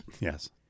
Yes